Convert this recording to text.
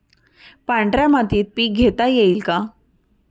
पांढऱ्या मातीत पीक घेता येईल का?